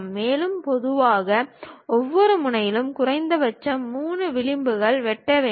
மேலும் பொதுவாக ஒவ்வொரு முனையிலும் குறைந்தபட்சம் 3 விளிம்புகள் வெட்ட வேண்டும்